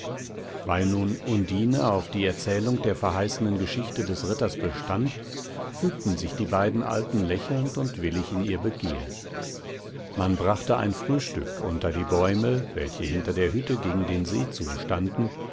weil nun undine auf die erzählung der verheißnen geschichte des ritters bestand fügten sich die beiden alten lächelnd und willig in ihr begehr man brachte ein frühstück unter die bäume welche hinter der hütte gegen den see